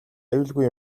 аюулгүй